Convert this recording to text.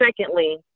secondly